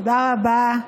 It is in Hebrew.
תודה רבה,